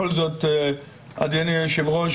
אדוני היושב-ראש,